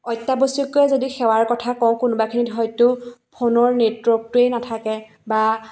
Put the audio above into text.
অত্যাৱশ্যকীয় যদি সেৱাৰ কথা কওঁ কোনোবাখিনিত হয়তো ফোনৰ নেটৱৰ্কটোৱেই নাথাকে বা